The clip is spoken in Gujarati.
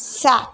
સાત